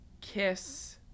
Kiss